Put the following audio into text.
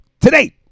today